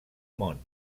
món